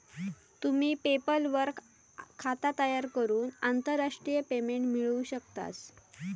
तुम्ही पेपल वर खाता तयार करून आंतरराष्ट्रीय पेमेंट मिळवू शकतास